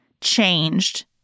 changed